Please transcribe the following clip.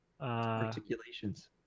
Articulations